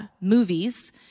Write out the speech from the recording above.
movies